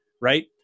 right